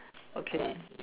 okay